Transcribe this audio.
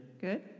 Good